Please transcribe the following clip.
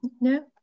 No